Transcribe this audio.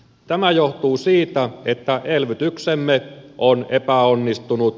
tämä johtuu siitä että elvytyksemme on epäonnistunut